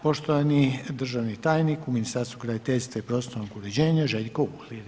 Poštovani državni tajnik u Ministarstvu graditeljstva i prostornog uređenja Željko Uhlir.